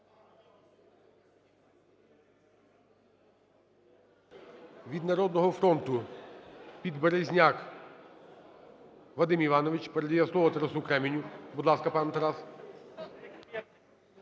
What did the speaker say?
Від "Народного фронту" Підберезняк Вадим Іванович. Передає слово Тарасу Креміню. Будь ласка, пане Тарас.